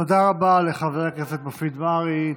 תודה רבה לחבר הכנסת מופיד מרעי.